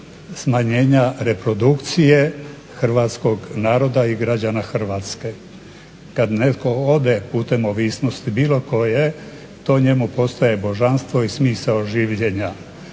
smanjenja reprodukcije hrvatskog naroda i građana Hrvatske. Kad netko ode putem ovisnosti, bilo koje, to njemu postaje božanstvo i smisao življenja.